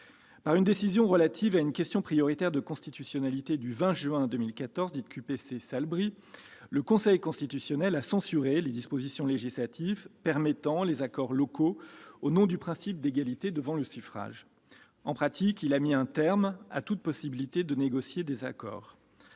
Par une décision faisant suite à une question prioritaire de constitutionnalité du 20 juin 2014, dite QPC Salbris, le Conseil constitutionnel a censuré les dispositions législatives permettant les accords locaux au nom du principe d'égalité devant le suffrage. En pratique, il a mis un terme à toute possibilité de négocier de tels accords.